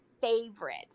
favorite